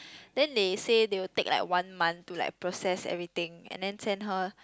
then they say they will take like one month to like process everything and then send her